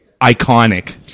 Iconic